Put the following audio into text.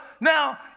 now